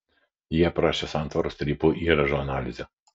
ji aprašė santvarų strypų įrąžų analizę